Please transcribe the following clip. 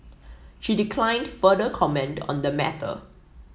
she declined further comment on the matter